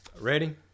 Ready